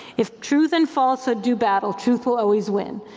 if truth and falsehood do battle, truth will always win.